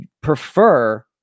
prefer